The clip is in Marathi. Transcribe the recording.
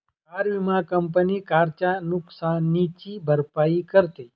कार विमा कंपनी कारच्या नुकसानीची भरपाई करते